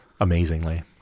Amazingly